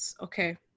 okay